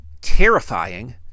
terrifying